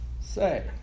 say